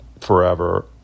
forever